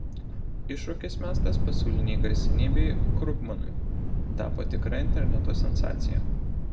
iššūkis mestas pasaulinei garsenybei krugmanui tapo tikra interneto sensacija